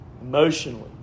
emotionally